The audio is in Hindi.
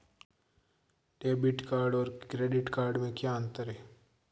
डेबिट कार्ड और क्रेडिट कार्ड में क्या अंतर है?